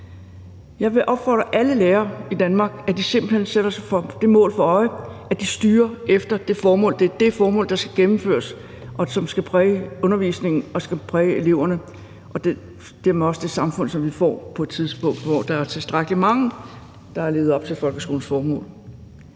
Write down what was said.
Jeg vil opfordre alle lærere i Danmark til, at de simpelt hen holder sig det mål for øje, at de styrer efter det formål, det er det formål, der skal gennemføres, og som skal præge undervisningen og skal præge eleverne og dermed også det samfund, som vi får på et tidspunkt, hvor der er tilstrækkelig mange, der har levet op til folkeskolens formål.